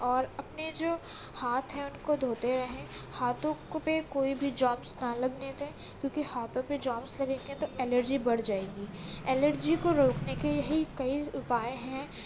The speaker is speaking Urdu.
اور اپنے جو ہاتھ ہیں اُن کو دھوتے رہیں ہاتھوں کو بھی کوئی بھی جمس نہ لگنے دیں کیونکہ ہاتھوں میں جمس لگیں گے تو الرجی بڑھ جائے گی الرجی کو روکنے کے یہی کئی اُپائے ہیں